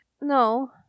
No